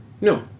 No